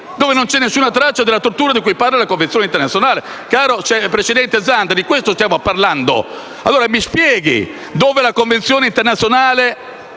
dove non c'è alcuna traccia della tortura di cui parla la Convenzione internazionale. Presidente Zanda, di questo stiamo parlando. Mi spieghi allora dove la Convenzione internazionale